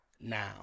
Now